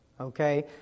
okay